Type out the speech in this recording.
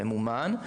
ממומן,